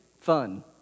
fun